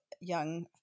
young